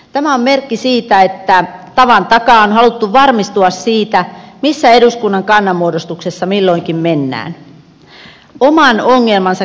tämä on merkki siitä että tavan takaa on haluttu varmistua siitä missä eduskunnan kannanmuodostuksessa milloinkin mennään